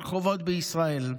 ברחובות בישראל.